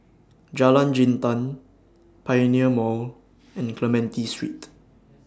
Jalan Jintan Pioneer Mall and Clementi Street